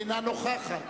אינה נוכחת.